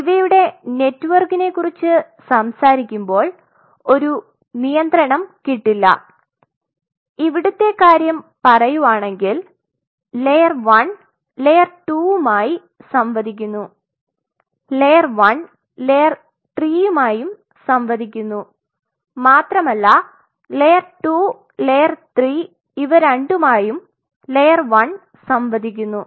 ഇവയുടെ നെറ്റ്വർക്കിനെ കുറിച് സംസാരിക്കുമ്പോൾ ഒരു നിയത്രണം കിട്ടില്ല ഇവിടുത്തെ കാര്യം പറയുവാണെങ്കിൽ ലയർ 1 ലയർ 2 മായി സംവദിക്കുന്നുലയർ 1 ലയർ 3 മായും സംവദിക്കുന്നു മാത്രോമല്ല ലയർ 2 ലയർ 3 ഇവ രണ്ടുയുമായും ലയർ 1 സംവദിക്കുന്നു